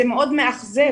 זה מאוד מאכזב.